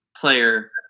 player